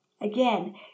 Again